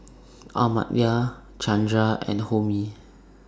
Amartya Chandra and Homi